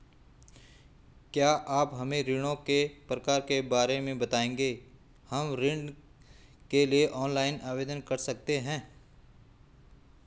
क्या आप हमें ऋणों के प्रकार के बारे में बताएँगे हम ऋण के लिए ऑनलाइन आवेदन कर सकते हैं?